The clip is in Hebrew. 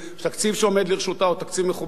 התקציב שעומד לרשותה הוא תקציב מכובד.